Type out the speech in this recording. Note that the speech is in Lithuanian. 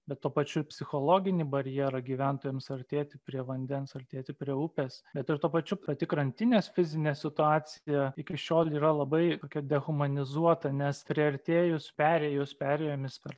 bet tuo pačiu ir psichologinį barjerą gyventojams artėti prie vandens artėti prie upės bet ir tuo pačiu pati krantinės fizinė situacija iki šiol yra labai tokia dehumanizuota nes priartėjus perėjos perėjomis per